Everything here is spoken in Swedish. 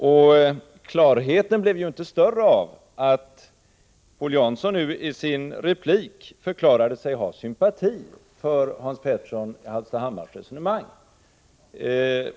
Och klarheten blev inte större av att Paul Jansson i sin replik nu förklarade sig ha sympati för Hans Peterssons i Hallstahammar resonemang.